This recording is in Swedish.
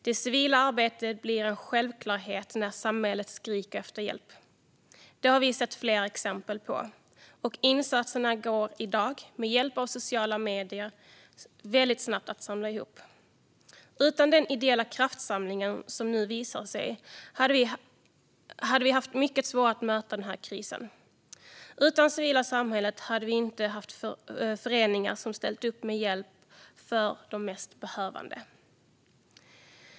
Det civila arbetet blir en självklarhet när samhället skriker efter hjälp. Det har vi sett flera exempel på, och insatserna går i dag, med hjälp av sociala medier, väldigt snabbt att samla ihop. Utan den ideella kraftsamling som nu visar sig hade vi haft mycket svårare att möta den här krisen. Utan det civila samhället hade vi inte haft föreningar som ställer upp med hjälp till de mest behövande.